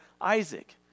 Isaac